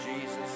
Jesus